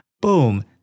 boom